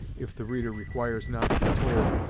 if the reader requires now to be told,